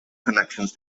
connections